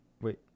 wait